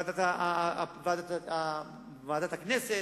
בוועדת הכנסת,